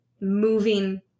moving